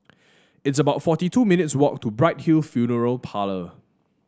it's about forty two minutes' walk to Bright Hill Funeral Parlour